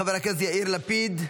חבר הכנסת יאיר לפיד,